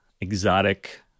exotic